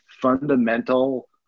fundamental